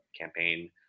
campaign